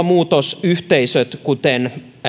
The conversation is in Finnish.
muutos yhteisöt kuten